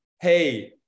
hey